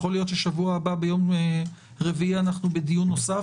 יכול להיות שבשבוע הבא ביום רביעי אנחנו בדיון נוסף,